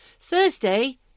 Thursday